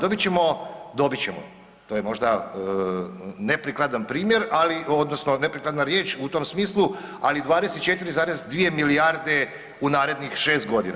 Dobit ćemo, dobit ćemo, to je možda neprikladan primjer, ali, odnosno neprikladna riječ u tom smislu, ali 24,2 milijarde u narednih 6 godina.